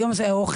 היום זה אוכל,